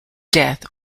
death